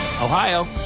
Ohio